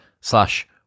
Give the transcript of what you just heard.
slash